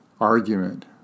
argument